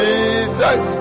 Jesus